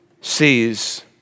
sees